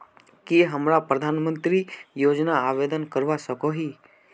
की हमरा प्रधानमंत्री योजना आवेदन करवा सकोही?